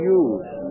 use